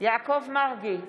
יעקב מרגי,